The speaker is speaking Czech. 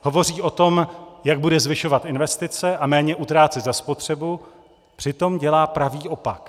Hovoří o tom, jak bude zvyšovat investice a méně utrácet za spotřebu, přitom dělá pravý opak.